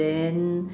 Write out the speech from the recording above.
then